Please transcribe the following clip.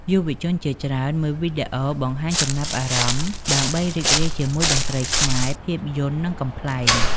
យុវវ័យជាច្រើនមើលវីដេអូបង្ហាញចំណាប់អារម្មណ៍ ដើម្បីរីករាយជាមួយតន្ត្រីខ្មែរ ភាពយន្ត និងកំប្លែង។